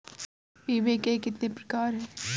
बीमे के कितने प्रकार हैं?